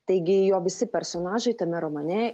taigi jo visi personažai tame romane